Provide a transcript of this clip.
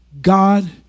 God